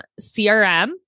CRM